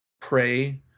pray